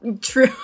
true